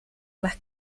las